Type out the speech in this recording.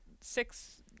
six